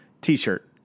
T-shirt